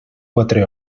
quatre